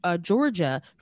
Georgia